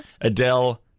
Adele